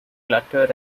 clutter